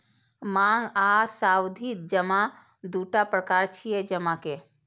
मांग आ सावधि जमा दूटा प्रकार छियै जमा के